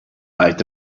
leit